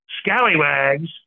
Scallywags